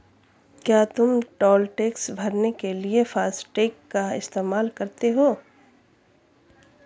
क्या तुम toll tax भरने के लिए फासटेग का इस्तेमाल करते हो?